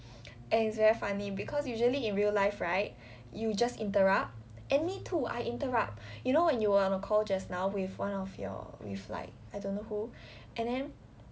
and it's very funny because usually in real life right you just interrupt and me too I interrupt you know when you are on a call just now with one of your with like I don't know who and then